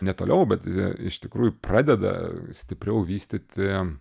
ne toliau bet ja iš tikrųjų pradeda stipriau vystyti